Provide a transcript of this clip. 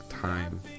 time